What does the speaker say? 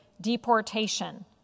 deportation